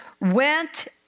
went